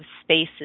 spaces